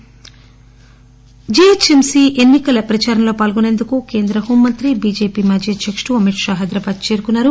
Amit Shah GHMC ఎన్సి కల ప్రచారంలో పాల్గొనేందుకు కేంద్ర హోంమంత్రి బీజేపీ మాజీ అధ్యకుడు అమిత్ షా హైదరాబాద్ చేరుకున్నారు